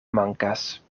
mankas